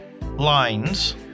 lines